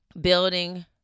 building